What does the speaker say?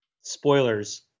spoilers